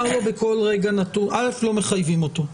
ראשית, לא מחייבים אותו.